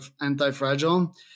anti-fragile